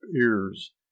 ears